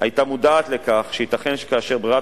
היתה מודעת לכך שייתכן שכאשר ברירת